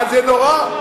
זה נורא,